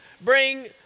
bring